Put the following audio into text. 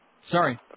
Sorry